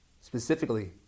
specifically